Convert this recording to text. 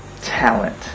talent